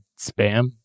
spam